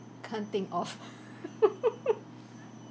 can't think of